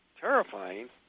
terrifying